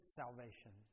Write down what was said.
salvation